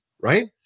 right